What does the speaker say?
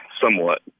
Somewhat